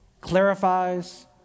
clarifies